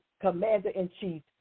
commander-in-chief